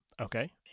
Okay